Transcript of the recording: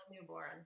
newborn